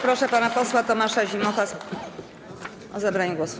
Proszę pana posła Tomasza Zimocha o zabranie głosu.